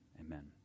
Amen